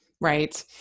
right